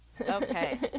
Okay